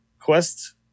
quest